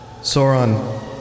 Sauron